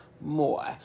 More